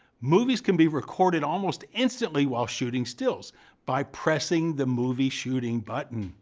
movies can be recorded almost instantly while shooting stills by pressing the movie shooting button.